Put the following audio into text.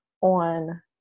on